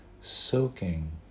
soaking